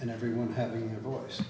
and everyone having a voice